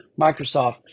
Microsoft